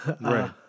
Right